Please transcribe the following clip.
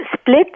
split